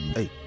Hey